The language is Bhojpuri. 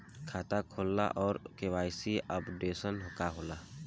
खाता खोलना और के.वाइ.सी अपडेशन का होला?